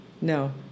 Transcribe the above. No